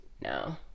No